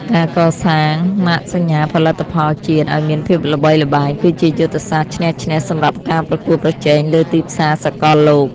ការកសាងម៉ាកសញ្ញាផលិតផលជាតិឱ្យមានភាពល្បីល្បាញ គឺជាយុទ្ធសាស្ត្រឈ្នះឈ្នះសម្រាប់ការប្រកួតប្រជែងលើទីផ្សារសកលលោក។